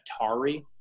Atari